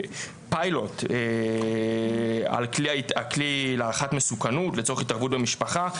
פיילוט על הכלי להערכת מסוכנות לצורך התערבות במשפחה,